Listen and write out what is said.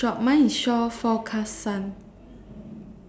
shop mine is shore forecast sun